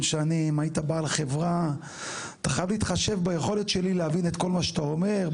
אתה חייב להתחשב ביכולת שלי להבין את כל מה שאתה אומר,